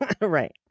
Right